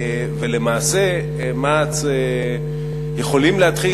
ולמעשה מע"צ יכולים להתחיל,